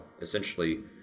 essentially